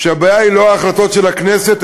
שהבעיה היא לא ההחלטות של הכנסת,